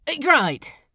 Great